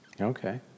Okay